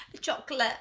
Chocolate